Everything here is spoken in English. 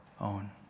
own